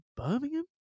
Birmingham